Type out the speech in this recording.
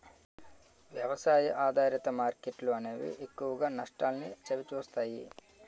వ్యవసాయ ఆధారిత మార్కెట్లు అనేవి ఎక్కువగా నష్టాల్ని చవిచూస్తాయి